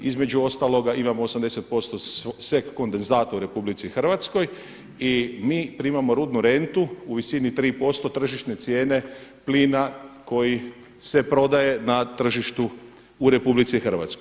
Između ostaloga imamo 80% … u RH i mi primamo rudnu rentu u visini 3% tržišne cijene plina koji se prodaje na tržištu u RH.